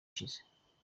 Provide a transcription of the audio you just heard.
ishize